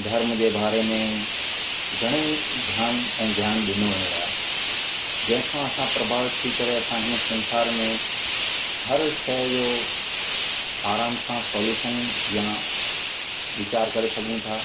धर्म जे बारे में घणई ज्ञान ऐं ध्यानु ॾिनो वियो आहे जंहिंखां असां प्रभावित थी करे असां हिन संसार में हर शइ जो आराम सां सोल्यूशन या वीचारु करे सघूं था